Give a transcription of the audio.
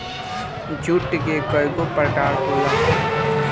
जुट के कइगो प्रकार होला